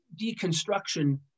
deconstruction